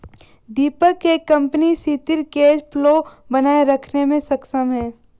दीपक के कंपनी सिथिर cash flow बनाए रखने मे सक्षम है